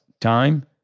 time